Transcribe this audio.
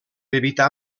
evitar